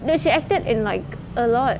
no she acted in like a lot